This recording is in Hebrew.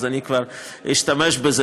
אז אני כבר אשתמש בזה,